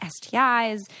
STIs